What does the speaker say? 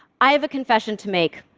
i have a confession to make.